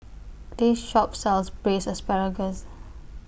This Shop sells Braised Asparagus